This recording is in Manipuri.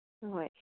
ꯍꯣꯏ